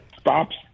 stops